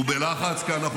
הוא בלחץ כי אנחנו